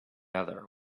other